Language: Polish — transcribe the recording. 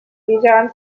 wiedziałem